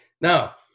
Now